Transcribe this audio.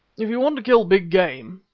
if you want to kill big game,